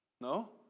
No